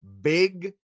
big